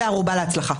זו ערובה להצלחה.